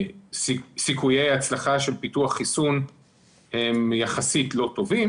סיכויי הצלחה של פיתוח חיסון הם יחסית לא טובים,